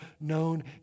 known